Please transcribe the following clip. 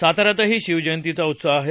साताऱ्यातही शिवजयंतीचा उत्साह आहे